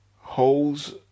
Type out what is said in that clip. Holes